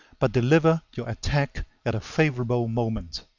but deliver your attack at a favorable moment.